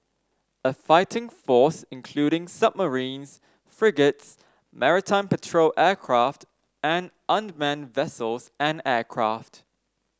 a fighting force including submarines frigates maritime patrol aircraft and unmanned vessels and aircraft